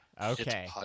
Okay